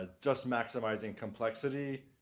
ah just maximizing complexity,